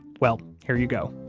well, here you go.